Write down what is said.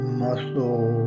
muscle